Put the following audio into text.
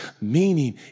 meaning